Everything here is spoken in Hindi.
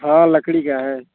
हाँ लकड़ी का है